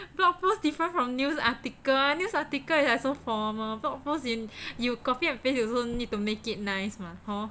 blog post different from news article [one] news article is like so formal blog post you you copy and paste you also need to make it nice mah hor